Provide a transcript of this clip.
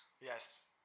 Yes